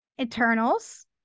Eternals